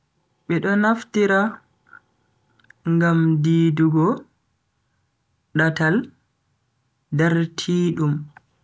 Bedo naftira ngam di-dugo datal dartidum.